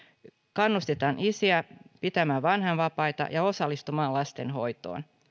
kannustetaan isiä pitämään vanhempainvapaata ja osallistumaan lastenhoitoon